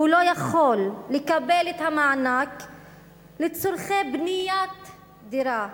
הוא לא יכול לקבל את המענק לצורכי בניית דירה.